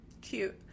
Cute